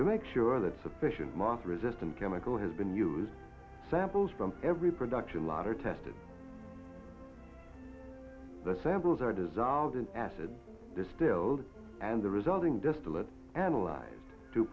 to make sure that sufficient moth resistant chemical has been used samples from every production lot are tested the samples are dissolved in acid distilled and the resulting distillate analyzed to